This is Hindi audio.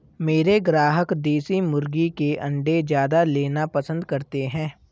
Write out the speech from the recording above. मेरे ग्राहक देसी मुर्गी के अंडे ज्यादा लेना पसंद करते हैं